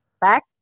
back